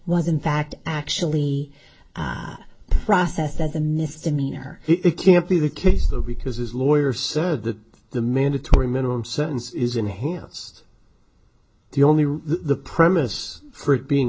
was in fact actually processed as a misdemeanor it can't be the case though because his lawyer said that the mandatory minimum sentence is enhanced the only the premise for it being